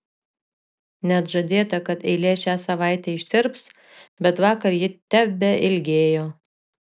net žadėta kad eilė šią savaitę ištirps bet vakar ji tebeilgėjo